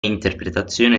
interpretazione